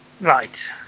Right